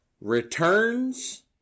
returns